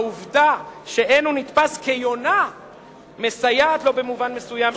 העובדה שאין הוא נתפס כיונה מסייעת לו במובן מסוים,